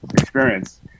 experience